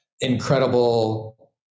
incredible